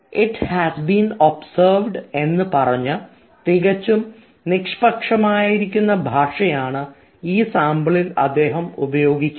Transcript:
it has been observed എന്ന് പറഞ്ഞ് തികച്ചും നിഷ്പക്ഷം ആയിരിക്കുന്ന ഭാഷയാണ് ഈ സാമ്പിളിൽ അദ്ദേഹം ഉപയോഗിക്കുന്നത്